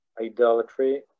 idolatry